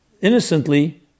innocently